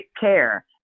care